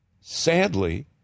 sadly